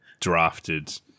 drafted